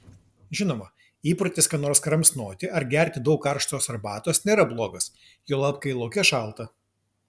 žinoma įprotis ką nors kramsnoti ar gerti daug karštos arbatos nėra blogas juolab kai lauke šalta